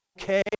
okay